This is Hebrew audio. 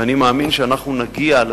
ואני מאמין שאנחנו נגיע.